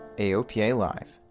aopa live.